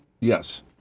Yes